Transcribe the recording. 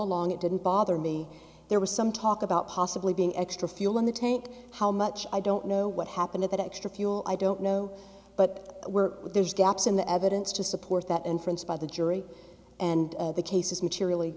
along it didn't bother me there was some talk about possibly being extra fuel in the tank how much i don't know what happened in that extra fuel i don't know but we're there's gaps in the evidence to support that inference by the jury and the case is materially